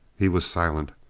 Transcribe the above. he was silent.